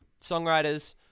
songwriters